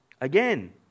again